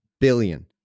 billion